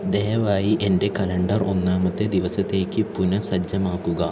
ദയവായി എന്റെ കലണ്ടർ ഒന്നാമത്തെ ദിവസത്തേക്ക് പുനഃസജ്ജമാക്കുക